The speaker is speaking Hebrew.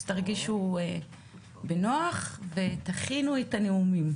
אז תרגישו בנוח ותכינו את הנאומים,